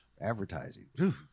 advertising